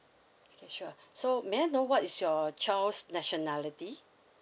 okay sure so may I know what is your child's nationality